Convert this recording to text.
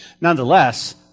nonetheless